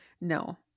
No